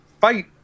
fight